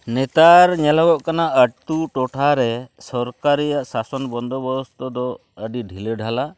ᱱᱮᱛᱟᱨ ᱧᱮᱞᱚᱜᱚᱜ ᱠᱟᱱᱟ ᱟᱹᱛᱩ ᱴᱚᱴᱷᱟᱨᱮ ᱥᱚᱨᱠᱟᱨᱤᱭᱟᱜ ᱥᱟᱥᱚᱱ ᱵᱚᱱᱫᱳᱵᱚᱥᱛᱚ ᱫᱚ ᱟᱹᱰᱤ ᱰᱷᱤᱞᱟᱹᱰᱷᱟᱞᱟ